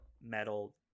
metal